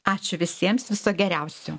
ačiū visiems viso geriausio